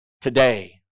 today